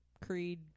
creed